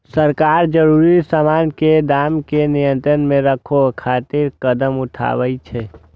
सरकार जरूरी सामान के दाम कें नियंत्रण मे राखै खातिर कदम उठाबै छै